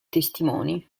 testimoni